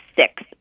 six